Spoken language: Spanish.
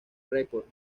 records